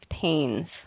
pains